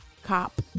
Cop